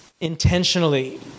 intentionally